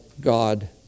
God